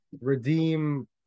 redeem